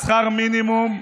לשכר מינימום,